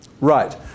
Right